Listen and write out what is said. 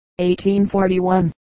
1841